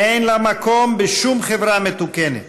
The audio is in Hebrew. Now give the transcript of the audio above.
אין לה מקום בשום חברה מתוקנת.